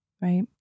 Right